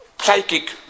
psychic